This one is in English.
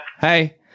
Hey